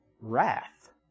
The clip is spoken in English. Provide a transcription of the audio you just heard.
wrath